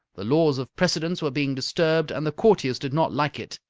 the laws of precedence were being disturbed, and the courtiers did not like it.